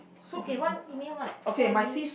okay one you mean whS>